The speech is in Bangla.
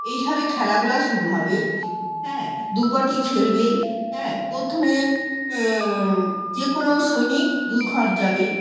এভাবে খেলাগুলো শুরু হবে হ্যাঁ দুই পার্টি খেলবে হ্যাঁ প্রথমে যে কোনো সৈনিক দুই ঘর যাবে